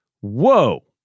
whoa